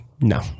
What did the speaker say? no